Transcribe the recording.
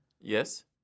Yes